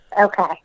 Okay